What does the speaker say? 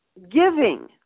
giving